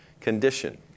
condition